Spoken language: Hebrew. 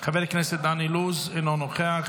חבר הכנסת דן אילוז, אינו נוכח,